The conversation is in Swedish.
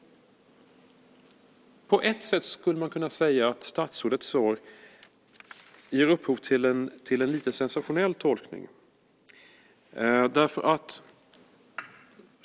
På ett sätt skulle man kunna säga att statsrådets svar ger upphov till en lite sensationell tolkning.